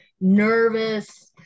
nervous